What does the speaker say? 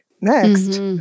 Next